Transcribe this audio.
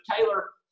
Taylor